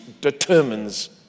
determines